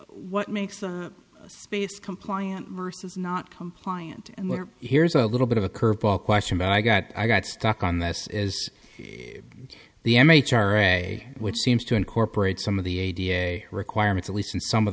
what makes a space compliant versus not compliant and where here's a little bit of a curveball question but i got i got stuck on this as the mh ira which seems to incorporate some of the a d a s requirements at least in some of